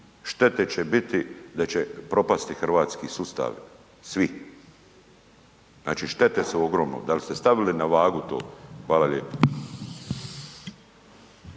štete će biti da će propasti hrvatski sustav svih. Znači štete su ogromne. Da li ste stavili na vagu to? Hvala lijepo.